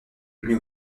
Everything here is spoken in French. mais